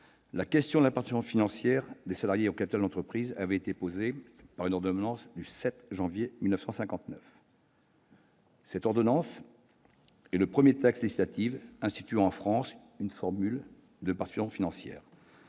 la question de la participation financière des salariés au capital de l'entreprise avait été posée par une ordonnance du 7 janvier 1959. Cette ordonnance est le premier texte législatif instituant, en France, une formule de participation financière.